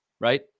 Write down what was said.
right